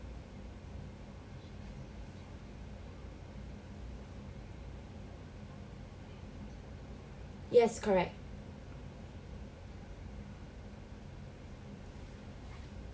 yes correct